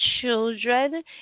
children